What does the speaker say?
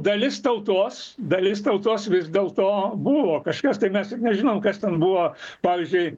dalis tautos dalis tautos vis dėlto buvo kažkas tai mes ir nežinom kas ten buvo pavyzdžiui